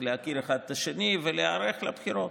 להכיר אחד את השני ולהיערך לבחירות.